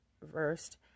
reversed